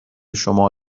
شما